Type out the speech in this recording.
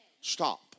Stop